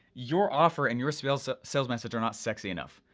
your offer and your sales ah sales message are not sexy enough,